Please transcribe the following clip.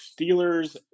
Steelers